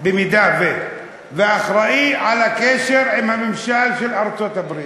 במידה ש-, ואחראי לקשר עם הממשל של ארצות-הברית.